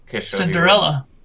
Cinderella